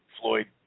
Floyd